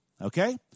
Okay